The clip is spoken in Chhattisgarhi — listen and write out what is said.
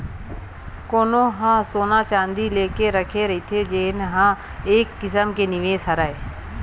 कोनो ह सोना चाँदी लेके रखे रहिथे जेन ह एक किसम के निवेस हरय